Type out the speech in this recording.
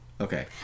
okay